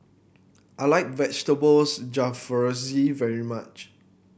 I like Vegetables Jalfrezi very much